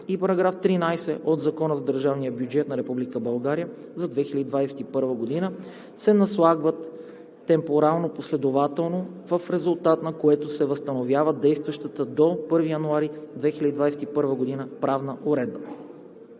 и § 13 от Закона за държавния бюджет на Република България за 2021 г. се наслагват темпорално последователно, в резултат на което се възстановява действащата до 1 януари 2021 г. правна уредба.